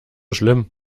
schlimm